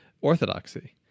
orthodoxy